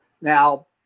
Now